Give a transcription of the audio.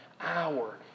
hour